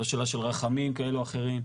או שאלה של רחמים כאלה או אחרים,